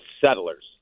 settlers